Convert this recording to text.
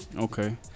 Okay